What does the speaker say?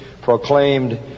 proclaimed